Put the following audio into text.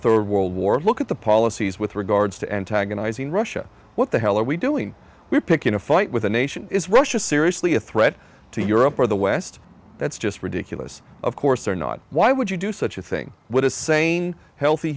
third world war look at the policies with regards to antagonizing russia what the hell are we doing we're picking a fight with a nation is russia seriously a threat to europe or the west that's just ridiculous of course or not why would you do such a thing would a sane healthy